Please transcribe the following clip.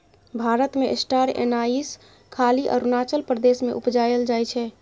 भारत मे star anise खाली अरुणाचल प्रदेश मे उपजाएल जाइ छै